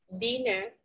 dinner